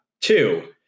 two